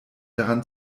daran